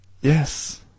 Yes